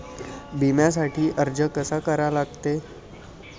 बिम्यासाठी अर्ज कसा करा लागते?